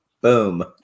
Boom